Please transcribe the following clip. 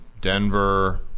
Denver